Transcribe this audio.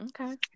okay